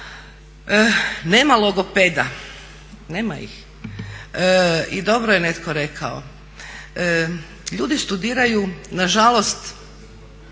Nema logopeda, nema ih i dobro je netko rekao ljudi studiraju nažalost